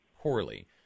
poorly